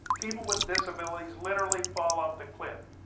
people with disabilities literally fall off the cliff.